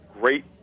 great